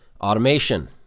Automation